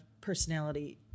personality